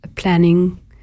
planning